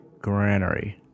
Granary